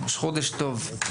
ראש חודש טוב.